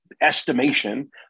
estimation